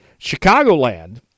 Chicagoland